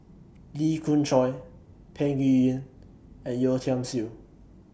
Lee Khoon Choy Peng Yuyun and Yeo Tiam Siew